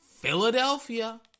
Philadelphia